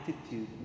attitude